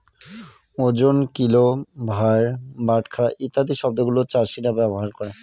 ওজন, কিল, ভার, বাটখারা ইত্যাদি শব্দগুলা চাষীরা ব্যবহার করে